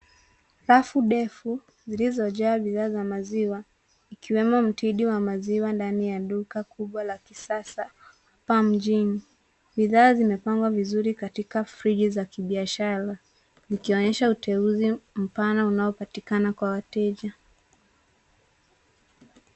Rafu ndefu zilizojaa bidhaa za maziwa ikiwemo mtindi wa maziwa ndani ya duka kubwa la kisasa hapa mjini. Bidhaa zimepangwa vizuri katika friji za kibiashara zikionyesha uteuzi mpana unaopatikana kwa wateja.